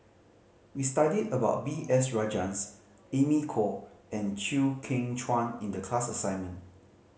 we studied about B S Rajhans Amy Khor and Chew Kheng Chuan in the class assignment